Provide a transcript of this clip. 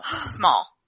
small